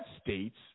states